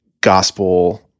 gospel